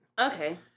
Okay